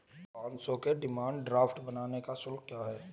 पाँच सौ के डिमांड ड्राफ्ट बनाने का शुल्क क्या है?